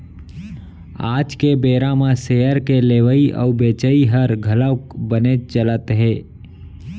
आज के बेरा म सेयर के लेवई अउ बेचई हर घलौक बनेच चलत हे